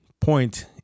point